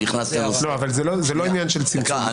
אבל זה לא עניין של צמצום.